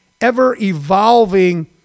ever-evolving